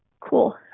Cool